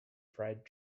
fried